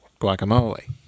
guacamole